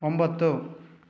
ಒಂಬತ್ತು